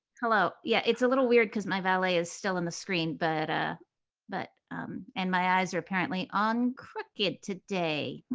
hello. yeah, it's a little weird because my valet is still on the screen. but but and my eyes are apparently on crooked today,